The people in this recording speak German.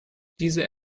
diese